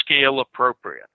scale-appropriate